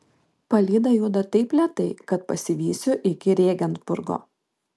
palyda juda taip lėtai kad pasivysiu iki rėgensburgo